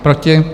Proti?